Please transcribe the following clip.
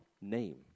name